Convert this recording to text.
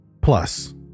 Plus